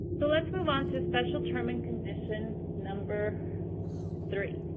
so, let's move on to special term and condition number three,